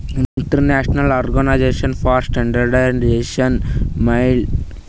international organization for standardization main office Geneva Switzerland ನಾಗ್ ಅದಾ